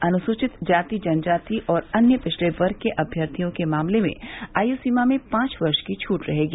अनुसूवित जाति जनजाति और अन्य पिछड़े वर्ग के अम्यर्थियों के मामले में आय सीमा में पांच वर्ष की छट रहेगी